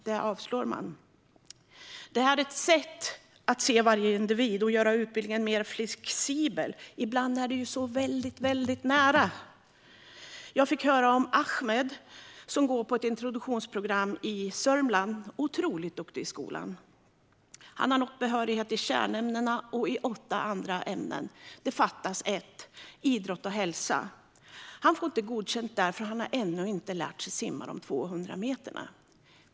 Det vill man alltså avslå. Vårt förslag är ett sätt att försöka se varje individ och göra utbildningen mer flexibel. Ibland är det ju så väldigt nära. Jag fick höra om Ahmed som går på ett introduktionsprogram i Sörmland. Han är otroligt duktig i skolan och har nått behörighet i kärnämnena och i åtta andra ämnen. Ett ämne fattas, nämligen idrott och hälsa. Där blir han inte godkänd, för han har ännu inte lärt sig simma 200 meter.